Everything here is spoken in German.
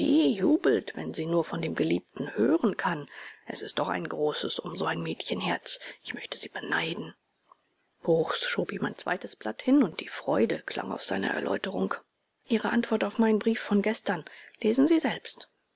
jubelt wenn sie nur von dem geliebten hören kann es ist doch ein großes um so ein mädchenherz ich möchte sie beneiden bruchs schob ihm ein zweites blatt hin und die freude klang aus seiner erläuterung ihre antwort auf meinen brief von gestern lesen sie selbst